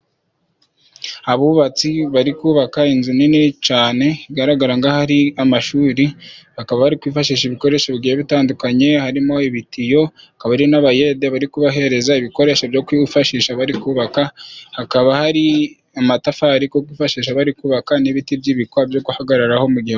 Abubatsi bari kubaka inzu nini cane, igaragara ngaho ari amashuri. Bakaba bari kwifashisha ibikoresho bigiye bitandukanye, harimo ibitiyo, hakaba hari n’abayede bari kubahereza ibikoresho byo kwifashisha bari kubaka. Hakaba hari amatafari go kwifashisha, bari kubaka n’ibiti by’ibikwa byo guhagararaho mu gihe.